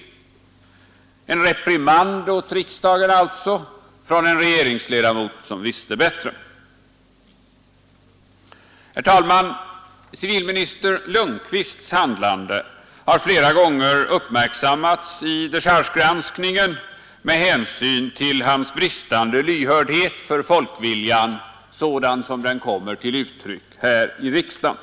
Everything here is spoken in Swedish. En reprimand åt riksdagen alltså från en regeringsledamot som visste bättre. Herr talman! Civilminister Lundkvists handlande har flera gånger uppmärksammats vid dechargegranskningen med hänsyn till hans bristande lyhördhet för folkviljan sådan den kommer till uttryck här i riksdagen.